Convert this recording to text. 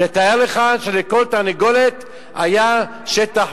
תתאר לך שלכל תרנגולת היה שטח,